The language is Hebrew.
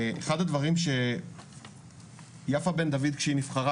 אחד הדברים שיפה בן דוד כשהיא נבחרה,